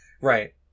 Right